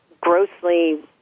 grossly